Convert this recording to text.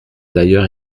d’ailleurs